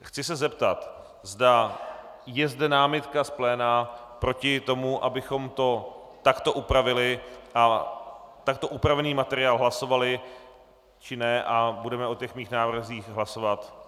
Chci se zeptat, zda je zde námitka z pléna proti tomu, abychom to takto upravili a takto upravený materiál hlasovali, či ne, a budeme o mých návrzích hlasovat.